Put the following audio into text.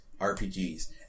RPGs